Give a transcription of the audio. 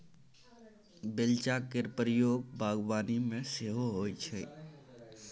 बेलचा केर प्रयोग बागबानी मे सेहो होइ छै